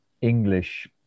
English